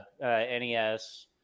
NES